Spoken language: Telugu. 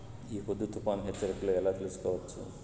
ఈ పొద్దు తుఫాను హెచ్చరికలు ఎలా తెలుసుకోవచ్చు?